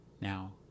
Now